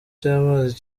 cy’amazi